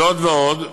זאת ועוד,